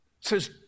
says